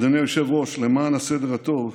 אדוני היושב-ראש, למען הסדר הטוב,